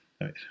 Right